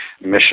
Mission